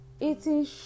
eating